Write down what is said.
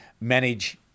manage